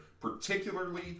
particularly